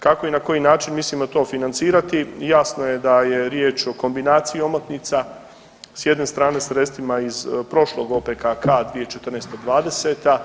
Kako i na koji način to mislimo financirati jasno je da je riječ o kombinaciji omotnica s jedne strane sredstvima iz prošlog OPKK 2014.-'20.